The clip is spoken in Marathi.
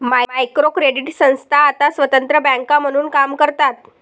मायक्रो क्रेडिट संस्था आता स्वतंत्र बँका म्हणून काम करतात